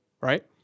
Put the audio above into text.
right